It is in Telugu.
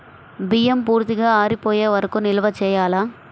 బియ్యం పూర్తిగా ఆరిపోయే వరకు నిల్వ చేయాలా?